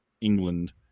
England